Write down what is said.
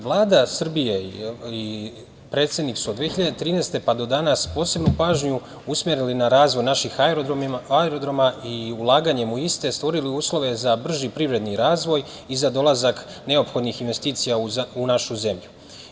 Vlada Srbije i predsednik su 2013. godine, pa do danas posebnu pažnju usmerili na razvoj naših aerodroma i ulaganjem u iste stvorili uslove za brži privredni razvoj i za dolazak neophodnih investicija u našu zemlju.